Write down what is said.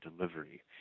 delivery